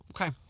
Okay